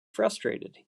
frustrated